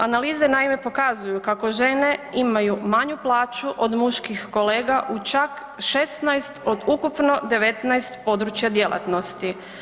Analize naime pokazuju kako žene imaju manju plaću od muških kolega u čak 16 od ukupno 19 područja djelatnosti.